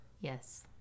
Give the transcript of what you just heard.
Yes